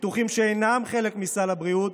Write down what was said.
ניתוחים שאינם חלק מסל הבריאות,